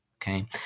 okay